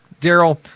Daryl